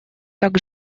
так